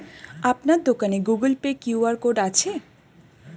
আপনার দোকানে Google Pay QR code আছে?